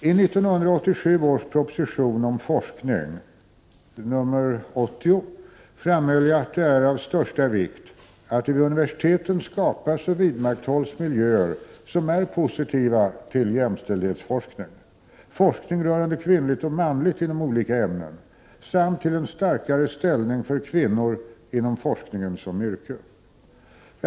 I 1987 års proposition om forskning (prop. 1986 89:31 forskningen som yrke.